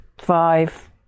five